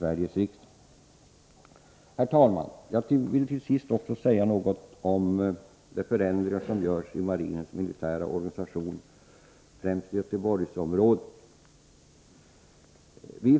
Vissa förändringar skall göras i marinens militära organisation, främst i Göteborgsområdet.